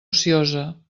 ociosa